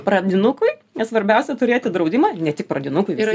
pradinukui svarbiausia turėti draudimą ne tik pradinukui